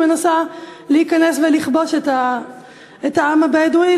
שמנסה להיכנס ולכבוש את העם הבדואי,